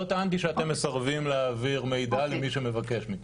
לא טענתי שאתם מסרבים להעביר מידע למי שמבקש מכם.